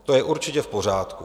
To je určitě v pořádku.